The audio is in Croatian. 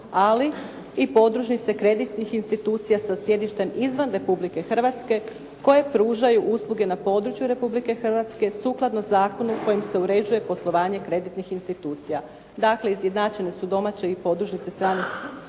ali i podružnice kreditnih institucija sa sjedištem izvan Republike Hrvatske koje pružaju usluge na području Republike Hrvatske sukladno zakonu kojim se uređuje poslovanje kreditnih institucija. Dakle, izjednačene domaće i podružnice strane kreditne